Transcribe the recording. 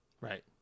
Right